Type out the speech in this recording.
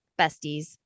besties